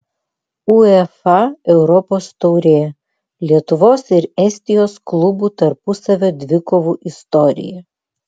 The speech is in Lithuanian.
uefa europos taurė lietuvos ir estijos klubų tarpusavio dvikovų istorija